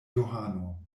johano